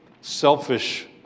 selfish